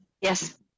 Yes